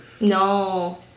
No